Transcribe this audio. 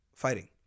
fighting